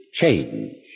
change